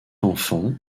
enfants